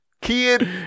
kid